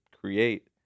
create